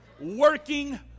Working